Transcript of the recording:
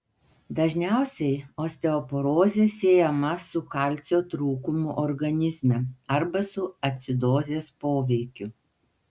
dažniausiai osteoporozė siejama su kalcio trūkumu organizme arba su acidozės poveikiu